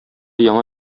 яңа